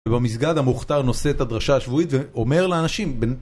ובמסגד המוכתר נושא את הדרשה השבועית ואומר לאנשים